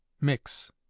Mix